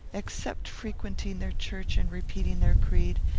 except frequenting their church and repeating their creed,